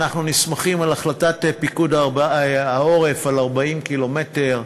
אנחנו נסמכים על החלטת פיקוד העורף על 40 קילומטר.